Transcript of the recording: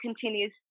continues